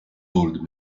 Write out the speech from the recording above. told